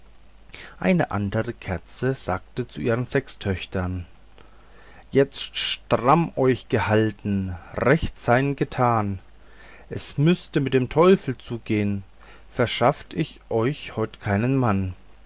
eine andere kerze sagte zu ihren sechs töchtern jetzt stramm euch gehalten recht sein getan es müßte mit dem teufel zugehn verschafft ich euch heute keinen mann